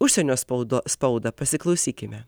užsienio spaudo spaudą pasiklausykime